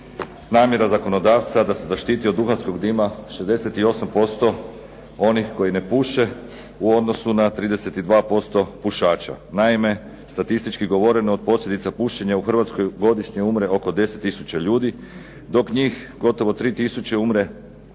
namjera zakonodavca da se zaštiti od duhanskog dima 68% onih koji ne puše u odnosu na 32% pušača. Naime, statistički govoreno, od posljedica pušenja u Hrvatskoj godišnje umre oko 10 tisuća ljudi, dok njih gotovo 3 tisuće umre zbog